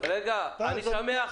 מוטי, אבל אתה מבין -- כן, אני מבין.